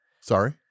Sorry